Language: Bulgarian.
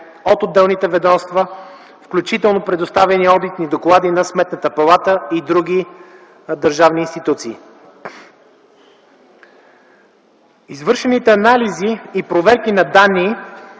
от отделните ведомства, включително предоставените одитни доклади на Сметната палата и други държавни институции. Извършените анализи и проверки на данни